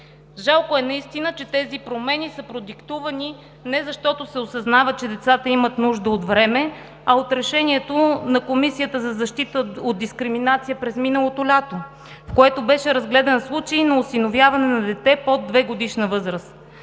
Жалко е наистина, че тези промени са продиктувани не защото се осъзнава, че децата имат нужда от време, а от решението на Комисията за защита от дискриминация през миналото лято, в което беше разгледан случай на осиновяване на дете под 2-годишна възраст.